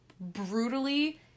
Brutally